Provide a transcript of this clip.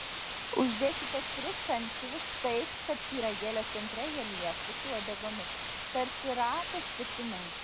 uždėkite tris ančiuvius taip kad pyragėlio centre jie liestųsi uodegomis tarsi rato stipinai